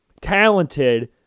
talented